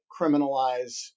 criminalize